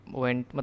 went